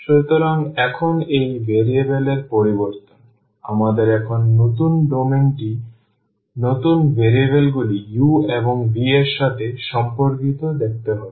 সুতরাং এখন এই ভ্যারিয়েবল এর পরিবর্তন আমাদের এখন নতুন ডোমেনটি নতুন ভেরিয়েবলগুলি u এবং v এর সাথে সম্পর্কিত দেখতে হবে